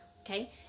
Okay